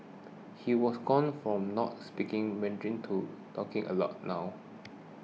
he was gone from not speaking Mandarin to talking a lot now